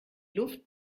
luft